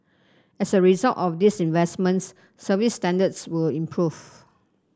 as a result of these investments service standards will improve